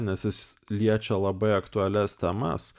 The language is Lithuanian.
nes jis liečia labai aktualias temas